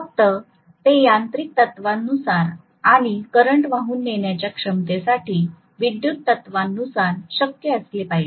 फक्त ते यांत्रिक तत्त्वांनुसार आणि करंट वाहून नेण्याच्या क्षमतेसाठी विद्युत तत्त्वांनुसार शक्य असले पाहिजे